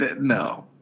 No